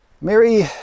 Mary